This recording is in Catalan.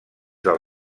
del